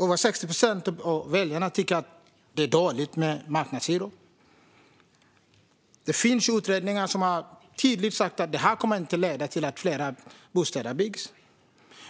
Över 60 procent av väljarna tycker att det är dåligt med marknadshyror. Det finns utredningar som tydligt har sagt att det inte kommer att leda till att fler bostäder byggs.